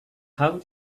how